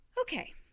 Okay